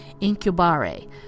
incubare